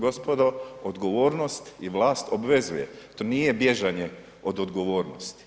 Gospodo odgovornost i vlast obvezuje, to nije bježanje od odgovornosti.